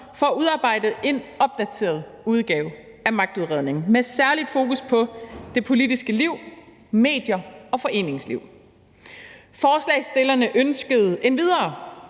for at udarbejde en opdateret udgave af magtudredningen med særligt fokus på det politiske liv, medierne og foreningslivet. Forslagsstillerne ønskede endvidere,